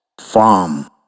farm